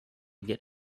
get